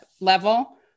level